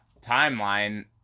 timeline